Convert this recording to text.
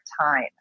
time